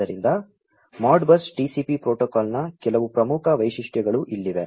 ಆದ್ದರಿಂದ Modbus TCP ಪ್ರೋಟೋಕಾಲ್ನ ಕೆಲವು ಪ್ರಮುಖ ವೈಶಿಷ್ಟ್ಯಗಳು ಇಲ್ಲಿವೆ